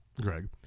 Greg